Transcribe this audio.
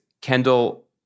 Kendall